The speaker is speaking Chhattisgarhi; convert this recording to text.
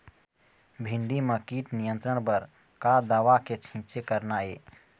भिंडी म कीट नियंत्रण बर का दवा के छींचे करना ये?